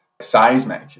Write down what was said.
seismic